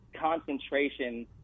concentration